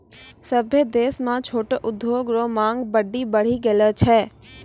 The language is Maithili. सभ्भे देश म छोटो उद्योग रो मांग बड्डी बढ़ी गेलो छै